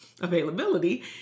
availability